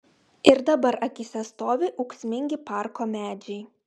ir dabar akyse stovi ūksmingi parko medžiai